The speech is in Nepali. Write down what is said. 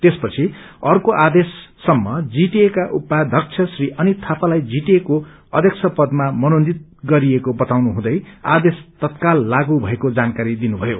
त्यसपछि अर्को आदेशसम्म जीटीएका उपाध्यक्ष श्री अनित थापालाई जीटीएको अध्यक्ष पदमा मनोनित गरिएको बताउनु हुँदै आदेश तत्काल लागू भएको जानकारी दिनुभयो